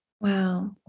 Wow